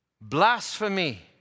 blasphemy